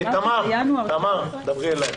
תמר, דברי אלי.